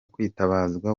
kwitabazwa